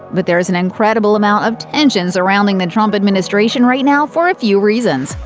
but there's an incredible amount of tension surrounding the trump administration right now for a few reasons,